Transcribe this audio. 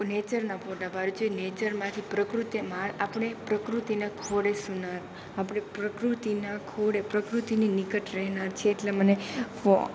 નેચરના ફોટા પાડું છું નેચરમાંથી પ્રકૃતિમાં આપણે પ્રકૃતિના ખોળે આપણે પ્રકૃતિના ખોળે પ્રકૃતિની નિકટ રહેનાર છીએ એટલે મને ફો